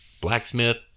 blacksmith